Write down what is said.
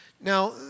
Now